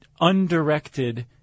undirected